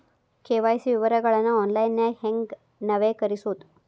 KYC ವಿವರಗಳನ್ನ ಆನ್ಲೈನ್ಯಾಗ ಹೆಂಗ ನವೇಕರಿಸೋದ